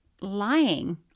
lying